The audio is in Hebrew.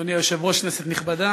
אדוני היושב-ראש, כנסת נכבדה,